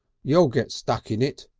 you'll get stuck in it,